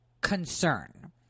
concern